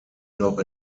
noch